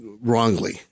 wrongly